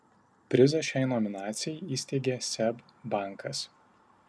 prizą šiai nominacijai įsteigė seb bankas